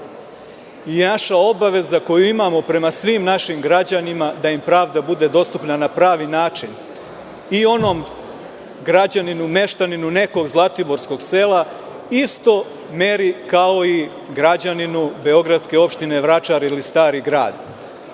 i naša obaveza koju imamo prema svim našim građanima da im pravda bude dostupna na pravi način, i onom građaninu i meštaninu nekog zlatiborskog sela u istoj meri kao i građaninu beogradske opštine Vračar ili Stari grad. Jasno